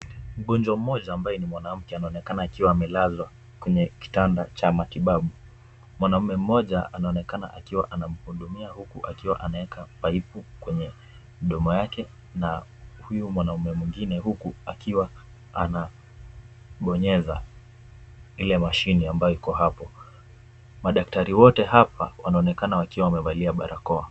Mgonjwa mmoja ambaye ni mwanamke anaonekana akiwa amelazwa kwenye kitanda cha matibabu. Mwanaume mmoja anaonekana akiwa anamhudumia, huku akiwa anaweka pipe kwenye mdomo wake, na huyu mwanaume mwingine huku akiwa anabonyeza ile mashine iko hapo. Madaktari wote hapa wanaonekana wakiwa wamevalia barakoa.